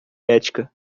ética